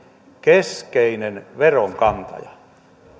keskeinen veronkantaja ei